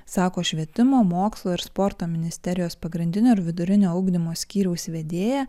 sako švietimo mokslo ir sporto ministerijos pagrindinio ir vidurinio ugdymo skyriaus vedėja